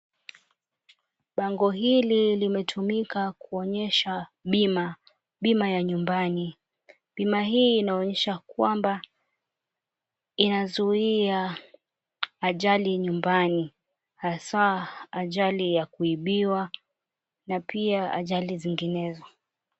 Bango hili limetumika kuonyesha bima ya nyumbani. Bima hii inaonyesha kwamba yazuia ajali nyumbani. Haswaa ajali ya kuibiwa na pia ajali zinginezo .